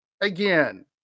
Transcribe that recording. again